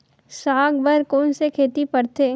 साग बर कोन से खेती परथे?